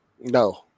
No